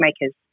makers